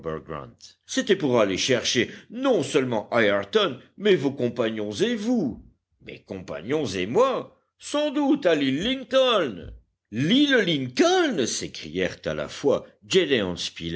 c'était pour aller chercher non seulement ayrton mais vos compagnons et vous mes compagnons et moi sans doute à l'île lincoln l'île lincoln s'écrièrent à la fois